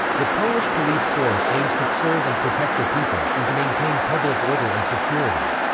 the polish police force aims to serve and protect the people, and to maintain public order and security'.